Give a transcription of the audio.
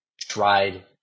tried